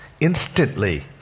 instantly